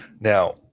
now